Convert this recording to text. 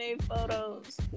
photos